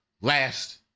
last